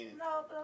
No